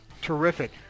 terrific